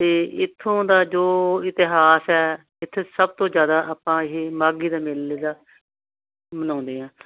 ਅਤੇ ਇੱਥੋਂ ਦਾ ਜੋ ਇਤਿਹਾਸ ਹੈ ਇੱਥੇ ਸਭ ਤੋਂ ਜ਼ਿਆਦਾ ਆਪਾਂ ਇਹ ਮਾਘੀ ਦੇ ਮੇਲੇ ਦਾ ਮਨਾਉਂਦੇ ਹਾਂ